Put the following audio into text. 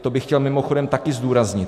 To bych chtěl mimochodem také zdůraznit.